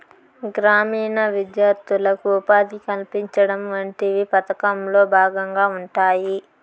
గ్రామీణ విద్యార్థులకు ఉపాధి కల్పించడం వంటివి పథకంలో భాగంగా ఉంటాయి